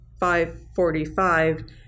545